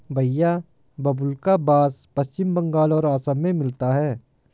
भईया बाबुल्का बास पश्चिम बंगाल और असम में मिलता है